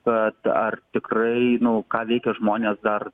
bet ar tikrai nu ką veikia žmonės dar